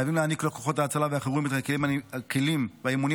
חייבים להעניק לכוחות ההצלה והחירום את הכלים והאימונים